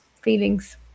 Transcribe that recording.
feelings